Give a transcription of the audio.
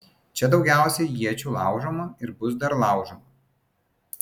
čia daugiausiai iečių laužoma ir bus dar laužoma